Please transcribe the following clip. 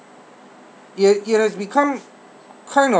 it has it has become kind of